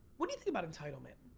what do you think about entitlement?